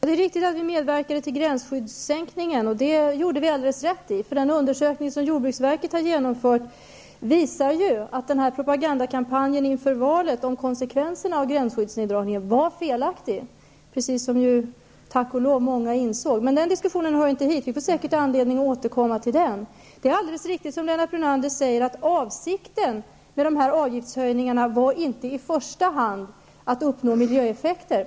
Det är riktigt att vi medverkade till gränsskyddssänkningen. Det gjorde vi helt rätt i. Den undersökning som jordbruksverket har genomfört visar att propagandakampanjen inför valet om konsekvenserna av gränsskyddsneddragningen var felaktig, precis som tack och lov många insåg. Men den diskussionen hör inte dit, och vi får säkert anledning att återkomma till den. Det är riktigt, som Lennart Brunander säger, att avsikten med avgiftshöjningarna inte i första hand var att uppnå miljöeffekter.